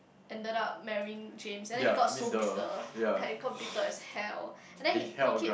ended up marrying James and then he got so bitter like he got bitter as hell and then he he keep